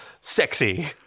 sexy